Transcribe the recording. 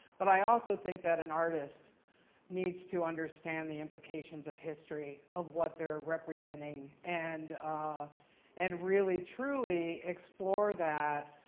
but i also think that an artist needs to understand the implications of history of what they're representing and ah and really truly explore that,